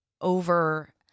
over